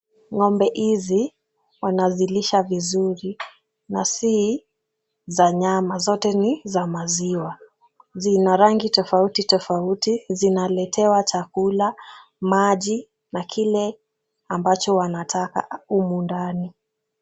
Ng'ombe hizi wanazilisha vizuri na si za nyama zote ni za maziwa. Zina rangi tofauti tofauti, zinaletewa chakula, maji na kile ambacho wanataka humu ndani.